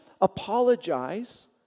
apologize